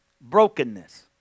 Brokenness